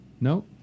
No